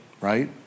right